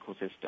ecosystem